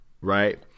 right